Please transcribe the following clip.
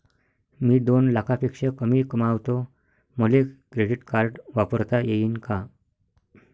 मी दोन लाखापेक्षा कमी कमावतो, मले क्रेडिट कार्ड वापरता येईन का?